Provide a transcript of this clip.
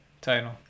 title